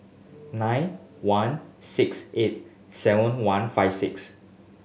nine one six eight seven one five six